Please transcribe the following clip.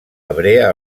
hebrea